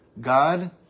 God